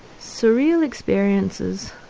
surreal experiences,